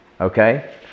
Okay